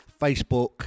Facebook